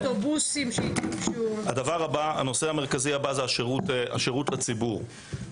הנושא המרכזי השני הוא השירות לציבור.